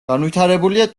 განვითარებულია